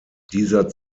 dieser